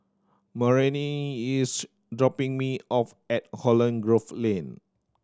Marianne is dropping me off at Holland Grove Lane